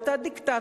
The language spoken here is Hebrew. אותו דיקטט,